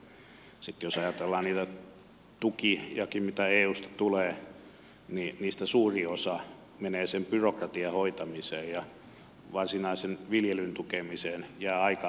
jos ajatellaan niitä tukiakin mitä eusta tulee niin niistä suuri osa menee byrokratian hoitamiseen ja varsinaisen viljelyn tukemiseen jää aika vähän